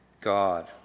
God